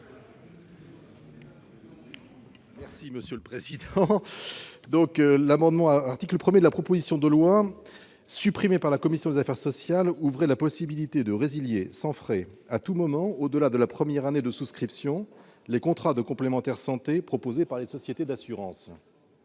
n° 15 rectifié. L'article 2 de la proposition de loi, supprimé par la commission des affaires sociales, ouvrait la possibilité de résilier sans frais, à tout moment au-delà de la première année de souscription, les contrats de complémentaire santé proposés par les institutions